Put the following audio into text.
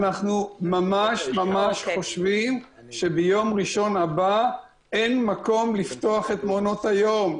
אנחנו ממש חושבים שביום ראשון הבא אין מקום לפתוח את מעונות היום,